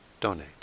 donate